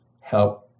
help